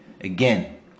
again